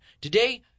Today